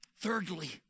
Thirdly